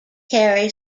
carry